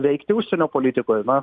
veikti užsienio politikoj na